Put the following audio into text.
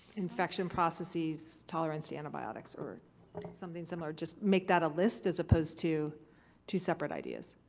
infection processes tolerance to antibiotics, or something similar. just make that a list as opposed to two separate ideas.